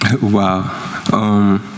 Wow